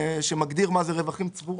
שמגדיר מה זה רווחים צבורים.